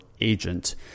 agent